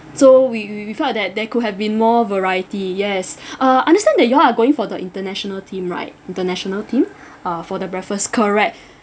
so we we we felt that there could have been more variety yes uh understand that you're going for the international theme right international theme uh for the breakfast correct